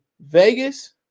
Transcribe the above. Vegas